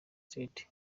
state